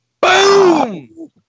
Boom